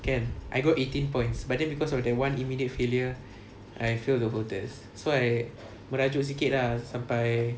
can I got eighteen points but then because of that one immediate failure I fail the whole test so I merajuk sikit ah sampai